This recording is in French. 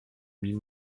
mis